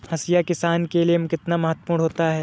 हाशिया किसान के लिए कितना महत्वपूर्ण होता है?